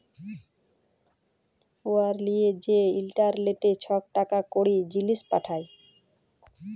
উয়ার লিয়ে যে ইলটারলেটে ছব টাকা কড়ি, জিলিস পাঠায়